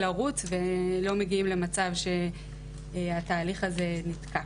לרוץ ולא מגיעים למצב שהתהליך הזה נתקע.